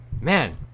man